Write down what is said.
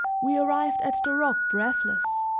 we arrived at the rock breathless,